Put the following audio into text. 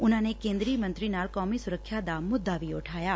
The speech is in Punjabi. ਉਨੁਾਂ ਨੇ ਕੇਂਦਰੀ ਮੰਤਰੀ ਨਾਲ ਕੌਮੀ ਸੁਰੱਖਿਆ ਦਾ ਮੁੱਦਾ ਵੀ ਉਠਾਇਆ